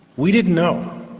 we didn't know.